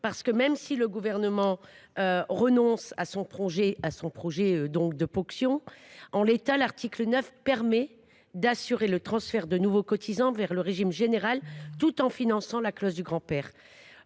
Car, même si le Gouvernement renonce à son projet initial de ponction, en l’état, l’article 9 permet d’assurer le transfert de nouveaux cotisants vers le régime général tout en finançant la clause du grand père.